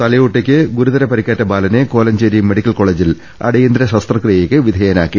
തലയോട്ടിക്ക് ഗുരുതര പരിക്കേറ്റ ബാലനെ കോലഞ്ചേരി മെഡിക്കൽ കോളജിൽ അടിയന്തര ശസ്ത്രക്രിയക്ക് വിധേയനാക്കി